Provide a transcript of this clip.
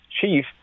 chief